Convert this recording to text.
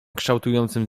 kształtującym